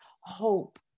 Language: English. hope